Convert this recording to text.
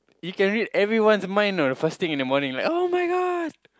you can read everyone's mind you know the first thing in the morning like oh-my-god